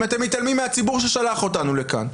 אם אתם מתעלמים מהציבור ששלח אותנו לכאן?